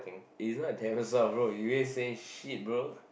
is not troublesome bro you go and say shit bro